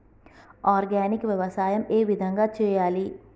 Organic వ్యవసాయం ఏ విధంగా చేయాలి?